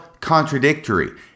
contradictory